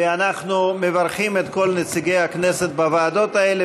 ואנחנו מברכים את כל נציגי הכנסת בוועדות האלה,